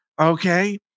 Okay